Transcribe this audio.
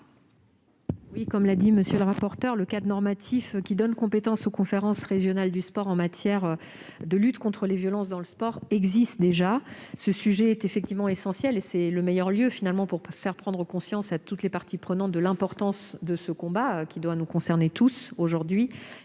? Comme l'a rappelé M. le rapporteur, le cadre normatif donne déjà compétence aux conférences régionales du sport en matière de lutte contre les violences dans le sport. Ce sujet est effectivement essentiel et ces conférences sont le meilleur lieu pour faire prendre conscience à toutes les parties prenantes de l'importance de ce combat, qui doit nous concerner tous aujourd'hui.